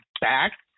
back